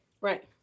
Right